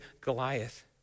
Goliath